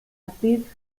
actriz